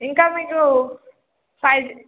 ఇంకా మీకు five G